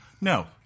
No